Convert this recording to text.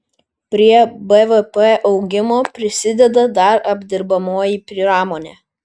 prie bvp augimo prisideda dar apdirbamoji pramonė